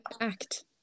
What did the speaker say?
act